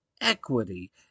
equity